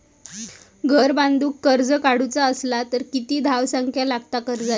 घर बांधूक कर्ज काढूचा असला तर किती धावसंख्या लागता कर्जाची?